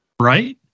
Right